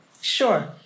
Sure